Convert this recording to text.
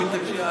רואה,